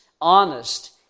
Honest